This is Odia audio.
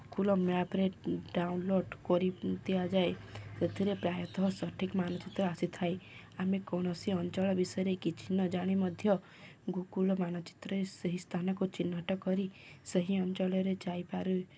ଗୁଗଲ୍ ମ୍ୟାପ୍ରେ ଡାଉନଲୋଡ଼୍ କରି ଦିଆଯାଏ ସେଥିରେ ପ୍ରାୟତଃ ସଠିକ୍ ମାନଚିତ୍ର ଆସିଥାଏ ଆମେ କୌଣସି ଅଞ୍ଚଳ ବିଷୟରେ କିଛି ନ ଜାଣି ମଧ୍ୟ ଗୁଗଲ୍ ମାନଚିତ୍ରରେ ସେହି ସ୍ଥାନକୁ ଚିହ୍ନଟ କରି ସେହି ଅଞ୍ଚଳରେ ଯାଇପାରୁ